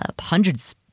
hundreds